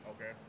Okay